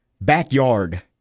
backyard